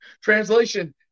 Translation